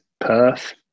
Perth